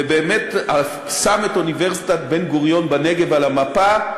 ושם את אוניברסיטת בן-גוריון בנגב על המפה,